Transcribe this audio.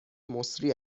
مسری